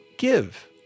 give